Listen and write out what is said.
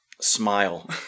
smile